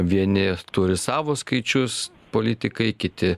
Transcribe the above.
vieni turi savo skaičius politikai kiti